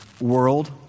world